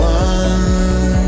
one